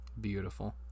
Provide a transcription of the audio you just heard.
Beautiful